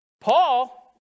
Paul